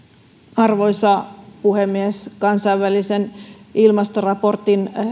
arvoisa puhemies kansainvälisen ilmastoraportin